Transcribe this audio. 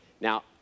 Now